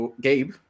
Gabe